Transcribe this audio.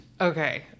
Okay